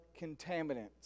contaminants